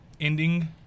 ending